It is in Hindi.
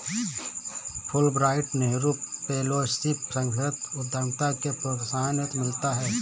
फुलब्राइट नेहरू फैलोशिप सांस्कृतिक उद्यमिता के प्रोत्साहन हेतु मिलता है